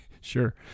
Sure